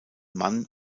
mann